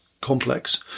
complex